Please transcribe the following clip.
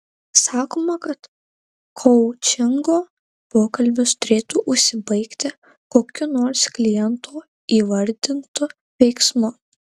sakoma kad koučingo pokalbis turėtų užsibaigti kokiu nors kliento įvardintu veiksmu